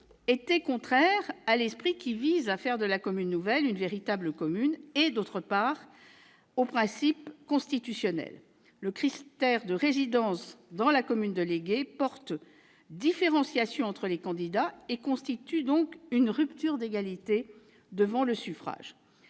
d'une part, à l'esprit qui vise à faire de la commune nouvelle une véritable commune et, d'autre part, aux principes constitutionnels. Le critère de résidence dans la commune déléguée porte différenciation entre les candidats et constitue ainsi une rupture d'égalité devant le suffrage.